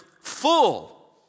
full